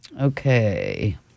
Okay